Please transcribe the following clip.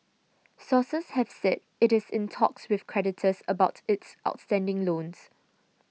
sources have said it is in talks with creditors about its outstanding loans